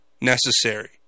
necessary